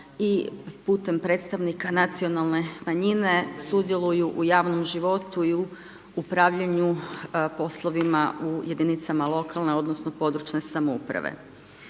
i putem predstavnika nacionalne manjine, sudjeluju u javnom životu i u upravljanju poslovima u jedinicama lokalne odnosno područne samouprave.